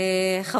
מס'